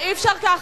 אי-אפשר ככה.